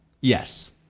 Yes